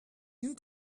you